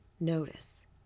notice